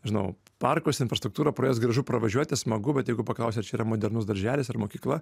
žinau parkus infrastruktūrą pro jas gražu pravažiuoti smagu bet jeigu paklausi ar čia yra modernus darželis ar mokykla